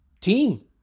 team